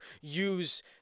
use